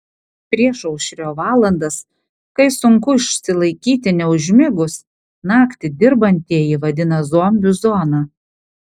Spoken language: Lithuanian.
priešaušrio valandas kai sunku išsilaikyti neužmigus naktį dirbantieji vadina zombių zona